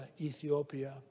Ethiopia